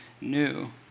new